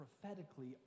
prophetically